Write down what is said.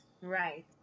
Right